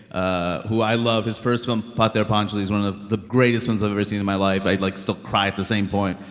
ah who i love. his first film, pather panchali, is one of the greatest ones i've ever seen in my life. i, like, still cry at the same point.